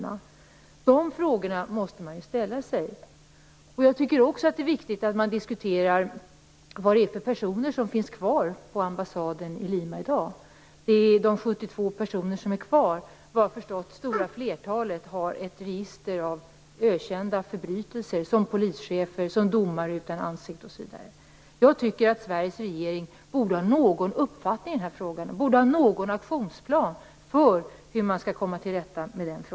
Man måste fråga sig hur detta kommer sig att det är så. Jag tycker också att det är viktigt att diskutera vad det är för personer som finns kvar på ambassaden i Lima i dag. Av de 72 personer som finns kvar där har, såvitt jag förstår, det stora flertalet ett register av ökända förbrytelser. Det rör sig om polischefer, domare "utan ansikte" osv. Jag tycker att Sveriges regering borde ha någon uppfattning i den här frågan och någon aktionsplan för hur man skall komma till rätta med detta.